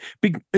big